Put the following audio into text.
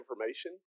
information